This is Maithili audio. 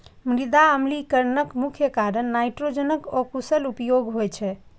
मृदा अम्लीकरणक मुख्य कारण नाइट्रोजनक अकुशल उपयोग होइ छै